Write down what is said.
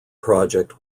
project